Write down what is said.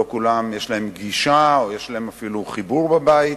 לא לכולם יש גישה או אפילו חיבור בבית,